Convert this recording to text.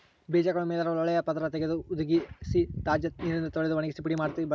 ಬೀಜಗಳ ಮೇಲಿರುವ ಲೋಳೆಯ ಪದರ ತೆಗೆದು ಹುದುಗಿಸಿ ತಾಜಾ ನೀರಿನಿಂದ ತೊಳೆದು ಒಣಗಿಸಿ ಪುಡಿ ಮಾಡಿ ಬಳಸ್ತಾರ